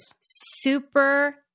super